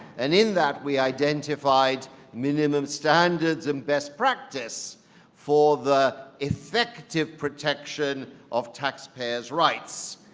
and in that, we identified minimum standards and best practice for the effective protection of taxpayers' rights.